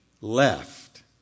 left